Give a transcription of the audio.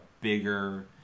bigger